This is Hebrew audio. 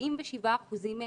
97% מהם,